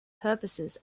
purposes